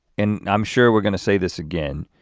and i'm sure we're gonna say this again,